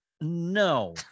no